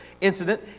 incident